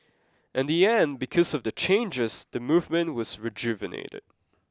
in the end because of the changes the movement was rejuvenated